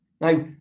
Now